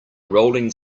rolling